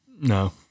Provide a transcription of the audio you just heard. No